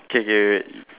K K wait wait